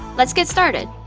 let's get started.